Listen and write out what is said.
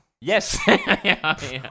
Yes